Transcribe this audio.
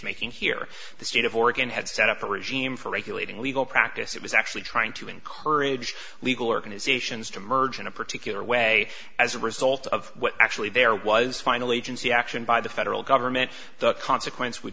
making here the state of oregon had set up a regime for regulating legal practice it was actually trying to encourage legal organizations to merge in a particular way as a result of what actually there was finally agency action by the federal government the consequence would